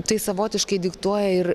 tai savotiškai diktuoja ir